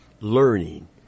learning